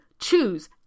choose